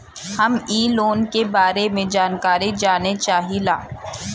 हम इ लोन के बारे मे जानकारी जाने चाहीला?